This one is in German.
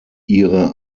ihre